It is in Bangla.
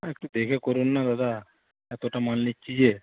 একটু দেখে করুন না দাদা এতটা মাল নিচ্ছি যে